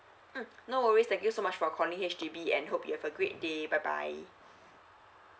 um no worries thank you so much for calling H_D_B and hope you have a great day bye bye